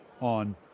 on